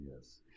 yes